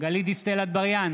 גלית דיסטל אטבריאן,